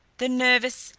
the nervous,